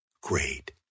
great